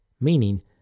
meaning